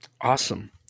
Awesome